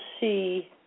see